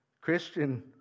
Christian